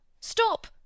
Stop